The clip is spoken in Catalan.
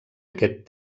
aquest